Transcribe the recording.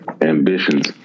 ambitions